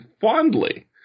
fondly